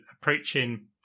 approaching